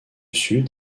sud